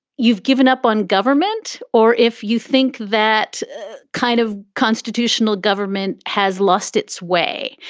you've given up on government or if you think that kind of constitutional government has lost its way.